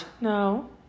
no